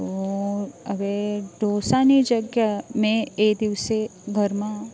તો હવે ઢોંસાની જગ્યા મેં એ દિવસે ઘરમાં